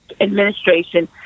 administration